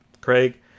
Craig